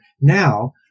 now